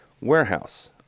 warehouse